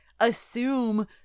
assume